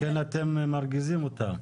על כן אתם מרגיזים אותם.